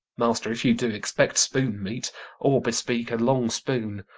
master, if you do, expect spoon-meat, or bespeak a long spoon.